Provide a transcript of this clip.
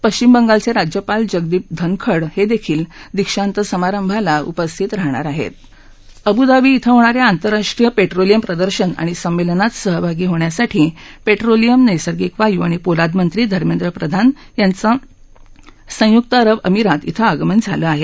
पश्चिम बंगालचरीज्यपाल जगदीप धनखड हडिखील दीशांत समारंभाला उपस्थित राहणार आहरी अबुधाबी इथविणाऱ्या आंतरराष्ट्रीय पेट्रोलियम प्रदर्शन आणि सम्मेलनात सहभागी होण्यासाठी पेट्रोलियम नैसर्गिक वायू आणि पोलाद महीीधर्मेंद्र प्रधान याद्वास्तुके अरब अमिरात इथक्रिगमन झालख्रिहे